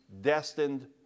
destined